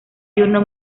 diurno